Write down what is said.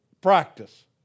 practice